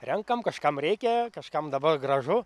renkam kažkam reikia kažkam dabar gražu